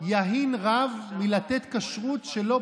ולעמותה שכתוב לה בכותרת: רצח יהודים,